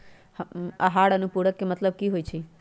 आहार अनुपूरक के मतलब की होइ छई?